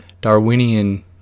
darwinian